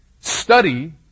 study